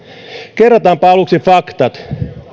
kerrataanpa aluksi faktat